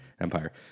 Empire